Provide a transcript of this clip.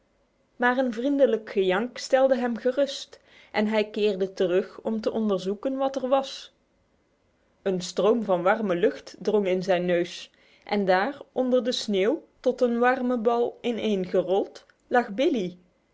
maar een vriendelijk gejank stelde hem gerust en hij keerde terug om te onderzoeken wat er was een stroom van warme lucht drong in zijn neus en daar onder de sneeuw tot een warme bal ineengerold lag billee